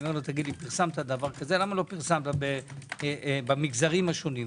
אומר לו: פרסמת דבר כזה - למה לא פרסמת במגזרים השונים?